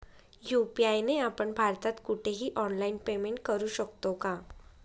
UPI ने आपण भारतात कुठेही ऑनलाईन पेमेंट करु शकतो का?